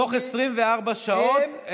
תוך 24 שעות,